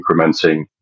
incrementing